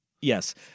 Yes